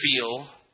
feel